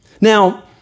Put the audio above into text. Now